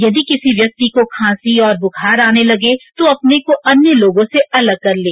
यदि किसी व्यक्ति को खांसी और बुखार आने लगे तो अपने को अन्य लोगों से अलग कर लें